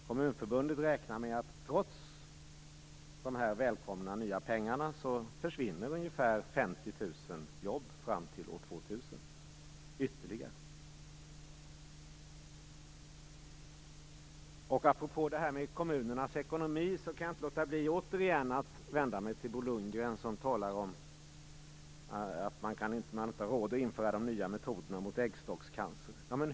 Kommunförbundet räknar med att trots de välkomna nya pengarna försvinner ytterligare ungefär Apropå kommunernas ekonomi, kan jag inte låta bli att återigen vända mig till Bo Lundgren som talar om att man inte har råd att införa nya behandlingsmetoder mot äggstockscancer.